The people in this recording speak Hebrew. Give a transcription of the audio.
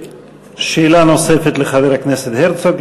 שאלה נוספת לחבר הכנסת הרצוג.